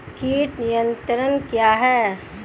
कीट नियंत्रण क्या है?